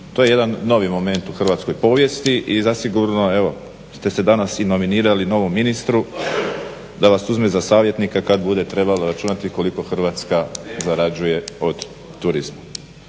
To je jedan novi moment u hrvatskoj povijesti i zasigurno ste se danas nominirali novom ministru da vas uzme za savjetnika kada bude trebalo računati koliko Hrvatska zarađuje od turizma.